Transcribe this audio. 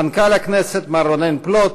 מנכ"ל הכנסת מר רונן פלוט,